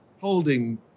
holding